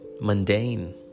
mundane